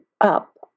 up